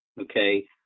okay